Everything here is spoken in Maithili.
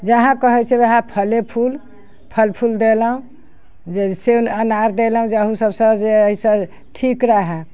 जेहै कहै छै ओहे फले फूल फल फूल देलहुँ जैसे अनार देलहुँ जे अहुँ सभसँ जे अइसँ ठीक रहै